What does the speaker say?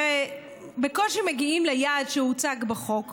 בקושי מגיעים ליעד שהוצג בחוק,